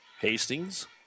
Hastings